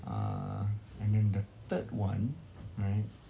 uh and then the third one right